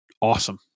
awesome